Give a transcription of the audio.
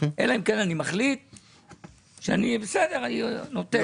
אלא אם כן אני מחליט שבסדר, אני נותן.